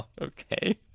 Okay